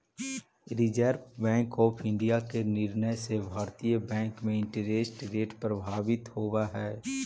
reserve bank of India के निर्णय से भारतीय बैंक में इंटरेस्ट रेट प्रभावित होवऽ हई